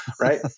Right